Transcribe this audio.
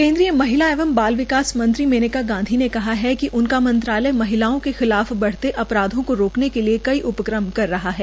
केन्द्रीय महिला एवं बाल विकास मंत्री मेनका गांधी ने कहा है कि उनका मंत्रालय महिलाओं के खिलाफ बढ़ते अपराधों को रोकने के लिए कई उपक्रम कर रहा है